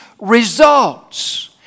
results